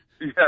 Yes